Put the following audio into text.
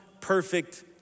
perfect